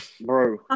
bro